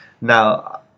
now